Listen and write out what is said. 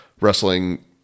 wrestling